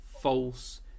false